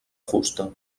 fusta